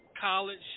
college